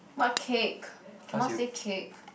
what cake cannot say cake